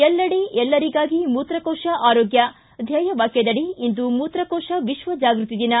ಎಲ್ಲೆಡೆ ಎಲ್ಲರಿಗಾಗಿ ಮೂತ್ರಕೋಶ ಆರೋಗ್ಕ ಧ್ವೇಯ ವಾಕ್ಕದಡಿ ಇಂದು ಮೂತ್ರಕೋಶ ವಿಕ್ವ ಜಾಗೃತಿ ದಿನ